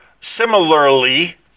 similarly